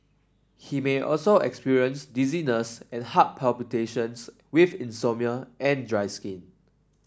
he may also experience dizziness and heart palpitations with insomnia and dry skin